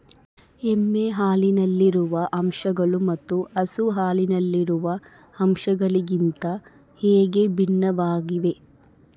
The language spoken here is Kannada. ಎಮ್ಮೆ ಹಾಲಿನಲ್ಲಿರುವ ಅಂಶಗಳು ಮತ್ತು ಹಸು ಹಾಲಿನಲ್ಲಿರುವ ಅಂಶಗಳಿಗಿಂತ ಹೇಗೆ ಭಿನ್ನವಾಗಿವೆ?